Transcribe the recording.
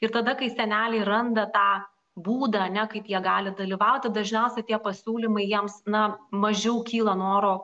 ir tada kai seneliai randa tą būdą ane kaip jie gali dalyvauti dažniausiai tie pasiūlymai jiems na mažiau kyla noro